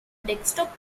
desktop